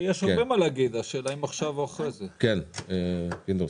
בבקשה, פינדרוס.